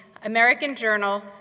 american journal,